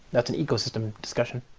that's an ecosystem discussion.